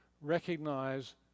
recognize